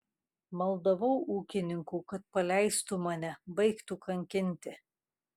maldavau ūkininkų kad paleistų mane baigtų kankinti